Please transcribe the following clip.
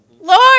Lord